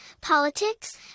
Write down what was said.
politics